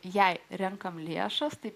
jei renkame lėšas taip